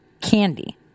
candy